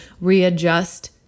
readjust